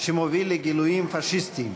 שמוביל לגילויים פאשיסטיים.